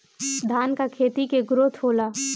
धान का खेती के ग्रोथ होला?